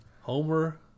Homer